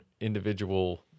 individual